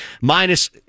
minus